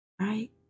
right